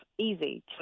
easy